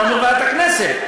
אתה אומר ועדת הכנסת.